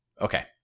Okay